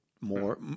More